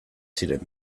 ziren